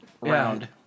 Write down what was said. Round